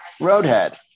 roadhead